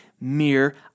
mere